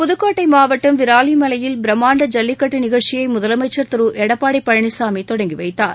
புதுக்கோட்டை மாவட்டம் விராலிமலையில் பிரமான்ட ஜல்லிக்கட்டு நிகழ்ச்சியை முதலமைச்சர் திரு எடப்பாடி பழனிசாமி தொடங்கி வைத்தார்